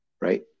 Right